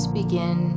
begin